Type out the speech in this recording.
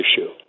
issue